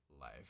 life